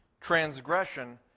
transgression